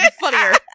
funnier